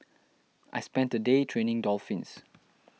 I spent a day training dolphins